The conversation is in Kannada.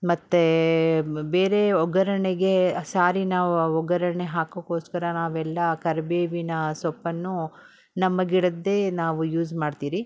ಮತ್ತು ಬೇರೆ ಒಗ್ಗರಣೆಗೆ ಸಾರಿನ ಒಗ್ಗರಣೆ ಹಾಕೋಕ್ಕೋಸ್ಕರ ನಾವೆಲ್ಲ ಕರಿಬೇವಿನ ಸೊಪ್ಪನ್ನು ನಮ್ಮ ಗಿಡದ್ದೇ ನಾವು ಯೂಸ್ ಮಾಡ್ತೀರಿ